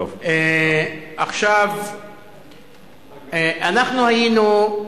עכשיו אנחנו היינו,